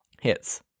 hits